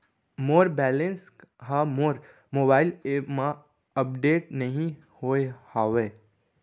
मोर balance हा मोर mobile app मा अपडेट नहीं होय हवे